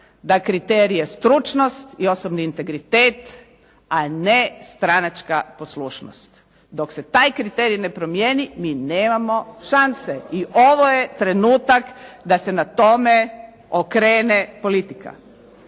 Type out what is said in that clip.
da kriterije stručnost i osobni integritet, a ne stranačka poslušnost. Dok se taj kriterij ne promijeni mi nemamo šanse i ovo je trenutak da se na tome okrene politika.